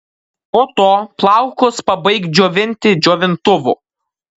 po to plaukus pabaik džiovinti džiovintuvu